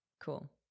cool